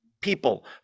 people